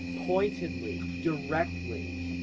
pointedly. directly.